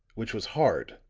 which was hard,